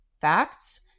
facts